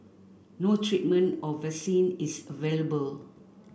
no treatment or vaccine is available